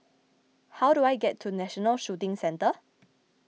how do I get to National Shooting Centre